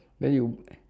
then you